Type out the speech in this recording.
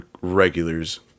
regulars